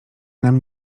nam